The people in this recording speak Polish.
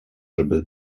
żeby